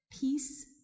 peace